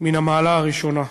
מן המעלה הראשונה.